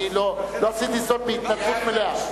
לא עשיתי זאת בהתנדבות מלאה.